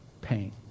pain